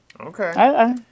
Okay